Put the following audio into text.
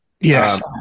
Yes